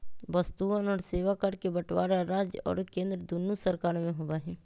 वस्तुअन और सेवा कर के बंटवारा राज्य और केंद्र दुन्नो सरकार में होबा हई